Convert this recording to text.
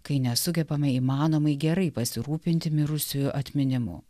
kai nesugebame įmanomai gerai pasirūpinti mirusiųjų atminimu